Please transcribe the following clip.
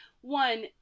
one